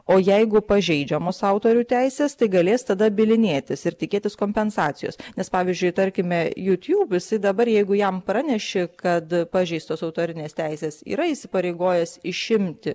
o jeigu pažeidžiamos autorių teisės tai galės tada bylinėtis ir tikėtis kompensacijos nes pavyzdžiui tarkime youtube jisai dabar jeigu jam praneši kad pažeistos autorinės teisės yra įsipareigojęs išimti